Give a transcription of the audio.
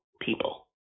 people